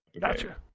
gotcha